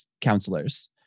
counselors